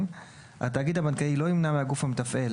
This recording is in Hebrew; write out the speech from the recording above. התאגיד הבנקאי לא ימנע מהגוף המתפעל,